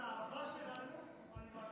מפאת החברות והאהבה שלנו, אני מעדיף לצאת.